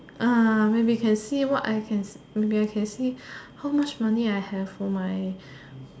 maybe can see what I can maybe I can see how much money I have for my